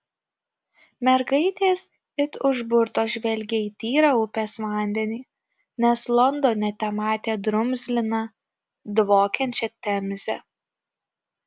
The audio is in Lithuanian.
mergaitės it užburtos žvelgė į tyrą upės vandenį nes londone tematė drumzliną dvokiančią temzę